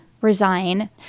resign